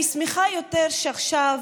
אני שמחה שעכשיו